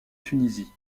tunisie